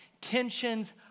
tensions